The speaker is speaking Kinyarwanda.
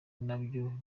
nabyo